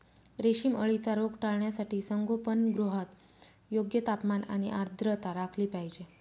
रेशीम अळीचा रोग टाळण्यासाठी संगोपनगृहात योग्य तापमान आणि आर्द्रता राखली पाहिजे